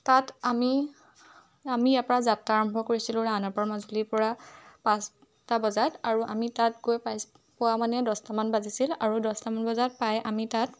তাত আমি আমি ইয়াৰ পৰা যাত্ৰা আৰম্ভ কৰিছিলোঁ ৰাওণাপৰা মাজুলিৰ পৰা পাঁচটা বজাত আৰু আমি তাত গৈ পাইছোঁ পোৱা মানে দছটামান বাজিছিল আৰু দছটামান বজাত পাই আমি তাত